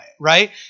right